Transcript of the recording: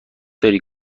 دارید